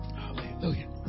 Hallelujah